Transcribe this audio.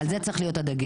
על זה צריך להיות הדגש.